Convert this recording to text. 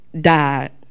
died